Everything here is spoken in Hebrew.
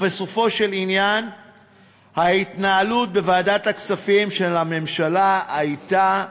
ובסופו של עניין ההתנהלות של הממשלה בוועדת הכספים הייתה מבזה,